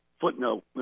footnote